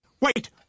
Wait